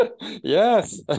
Yes